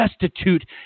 destitute